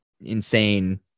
insane